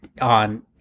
on